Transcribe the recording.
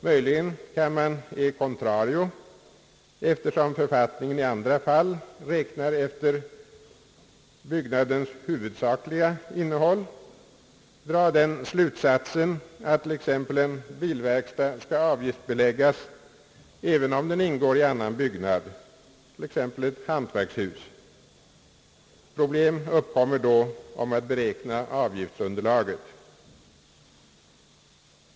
Möjligen kan man e contrario, eftersom författningen i andra fall räknar efter byggnadens huvudsakliga innehåll, dra den slutsatsen att till exempel en bilverkstad skall avgiftsbeläggas även om den ingår i en annan byggnad, t.ex. ett hantverkshus. Problem uppkommer då om hur man skall beräkna avgiftsunderlaget.